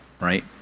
right